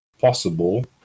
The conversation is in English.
possible